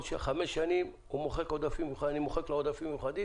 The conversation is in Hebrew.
כל חמש שנים אני מוחק לו עודפים מיוחדים,